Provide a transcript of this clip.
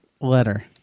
letter